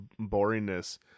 boringness